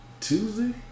Tuesday